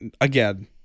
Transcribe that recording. again